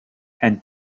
and